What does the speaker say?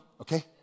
okay